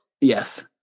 Yes